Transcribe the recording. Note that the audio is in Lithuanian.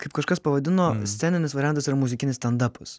kaip kažkas pavadino sceninis variantas yra muzikinis stendapas